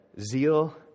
zeal